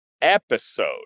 episode